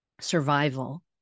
survival